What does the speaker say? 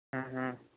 ਹੂੰ ਹੂੰ